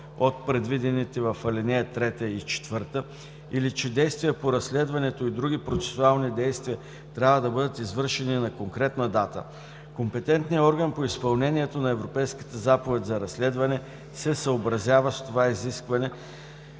от предвидените в ал. 3 и 4 или че действия по разследването и други процесуални действия трябва да бъдат извършени на конкретна дата, компетентният орган по изпълнението на Европейската заповед за разследване се съобразява с това изискване